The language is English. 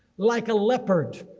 like a leopard.